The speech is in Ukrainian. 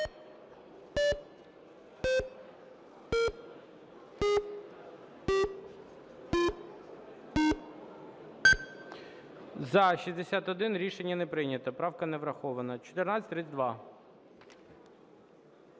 За-61 Рішення не прийнято. Правка не врахована. 1432.